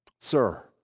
Sir